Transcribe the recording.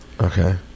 Okay